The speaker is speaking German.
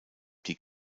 die